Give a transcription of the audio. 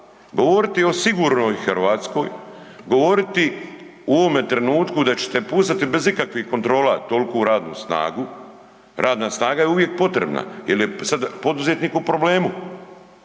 govoriti o sigurnoj Hrvatskoj, govoriti u ovome trenutku da ćete pustiti bez ikakvih kontrola tolku radnu snagu, radna snaga je uvijek potrebna jer je sad poduzetnik u problemu,